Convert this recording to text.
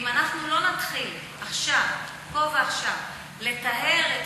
ואם אנחנו לא נתחיל פה ועכשיו לטהר את